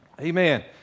Amen